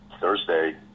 Thursday